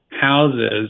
houses